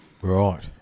Right